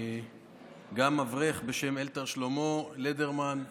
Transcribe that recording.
וגם אברך בשם אלתר שלמה ליברמן,